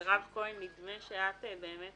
מירב כהן, נדמה שאת באמת